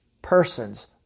Persons